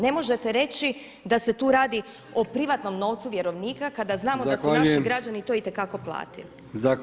Ne možete reći da se tu radi o privatnom novcu vjerovnika kada znamo da su naši građani to itekako platili.